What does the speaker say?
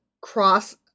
cross